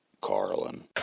Carlin